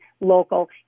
local